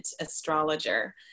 astrologer